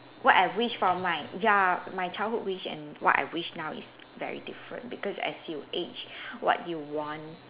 what I wished from my ya my childhood wish and what I wish now is very different because as you age what you want